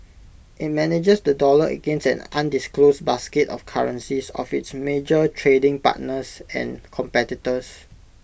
IT manages the dollar against an undisclosed basket of currencies of its major trading partners and competitors